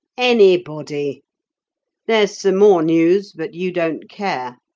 anybody. there's some more news, but you don't care.